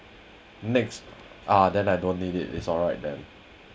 NETS ah then I don't need it is alright then